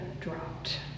dropped